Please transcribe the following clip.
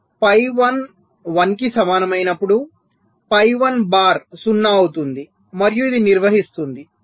phi 1 1 కి సమానమైనప్పుడు phi 1 bar 0 అవుతుంది మరియు ఇది నిర్వహిస్తుంది